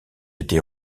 été